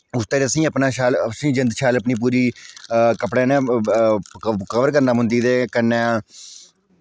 उस तरह असें अपने शैल जिंद शैल अपनी कपड़ें कन्नै कवर करना पौंदी ते कन्नै